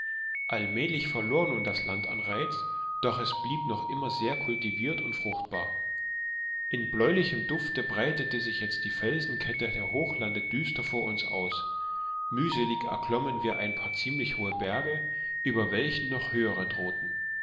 allmählich verlor nun das land an reiz doch blieb es noch immer sehr kultiviert und fruchtbar in bläulichem dufte breitete sich jetzt die felsenkette der hochlande düster vor uns aus mühselig erklommen wir ein paar ziemlich hohe berge über welchen noch höhere drohten